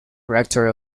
rector